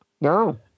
No